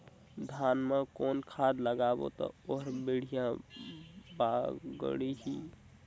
धान मा कौन खाद लगाबो ता ओहार बेडिया बाणही?